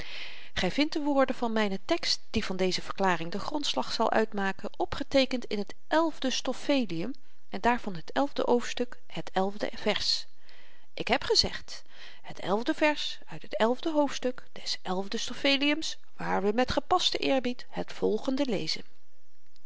gy vindt de woorden van mynen tekst die van deze verklaring den grondslag zal uitmaken opgeteekend in het elfde stoffelium en daarvan het elfde hoofdstuk het elfde vers ik heb gezegd het elfde vers uit het elfde hoofdstuk des elfden stoffeliums waar we met gepasten eerbied het volgende lezen